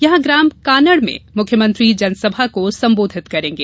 यहां ग्राम कानड़ में मुख्यमंत्री जनसभा को संबोधित करेंगे